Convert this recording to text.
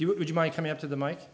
you would you mind coming up to the mike